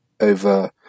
over